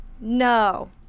No